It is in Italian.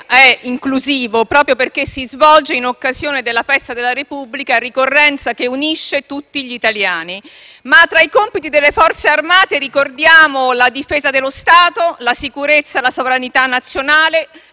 è inclusivo, proprio perché si svolge in occasione della Festa della Repubblica, ricorrenza che unisce tutti gli italiani. Ma tra i compiti delle Forze armate ricordiamo: la difesa dello Stato, la sicurezza e la sovranità nazionale,